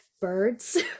birds